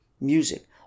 music